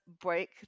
break